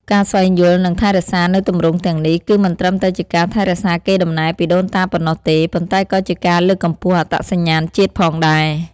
ការស្វែងយល់ និងថែរក្សានូវទម្រង់ទាំងនេះ គឺមិនត្រឹមតែជាការថែរក្សាកេរដំណែលពីដូនតាប៉ុណ្ណោះទេ ប៉ុន្តែក៏ជាការលើកកម្ពស់អត្តសញ្ញាណជាតិផងដែរ។